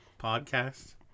podcast